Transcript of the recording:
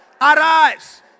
arise